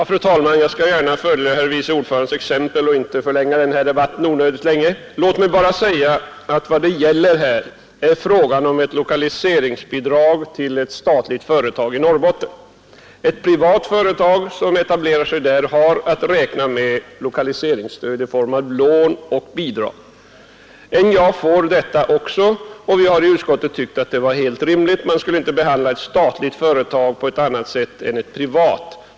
Fru talman! Jag skall gärna följa utskottets vice ordförandes exempel och inte förlänga debatten. Låt mig bara säga att vad det här gäller är ett lokaliseringsbidrag till ett statligt företag i Norrbotten. Ett privat företag som etablerar sig där har att räkna med lokaliseringsstöd i form av lån och bidrag. NJA får också detta stöd, och vi har i utskottet tyckt att det är helt rimligt — man skall inte behandla ett statligt företag på annat sätt än ett privat.